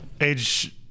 age